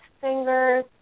fingers